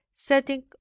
setting